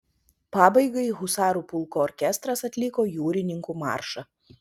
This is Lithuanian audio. pabaigai husarų pulko orkestras atliko jūrininkų maršą